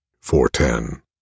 four-ten